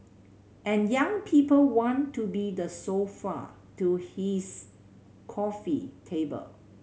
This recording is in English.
and young people want to be the sofa to his coffee table